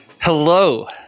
Hello